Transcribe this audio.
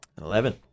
Eleven